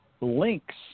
links